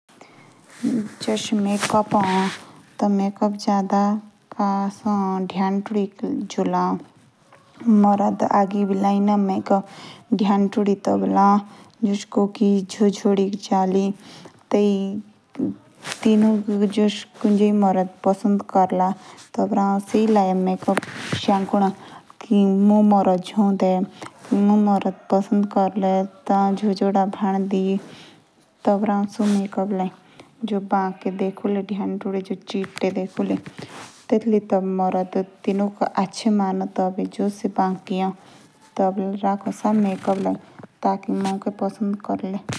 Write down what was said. जश हामे स्कूल पुंदे पादु ए। तबी हमुक ग्रु जी बोलो कि तुम्हें नोट्स बड़ो। ते हमें बुरा नहीं लगता। पीआर शॉर्ट मुज बदु। जश कुन्जे प्रश्न होंदे तो टेटका आंसर हामे शॉर्ट मुज लिखु।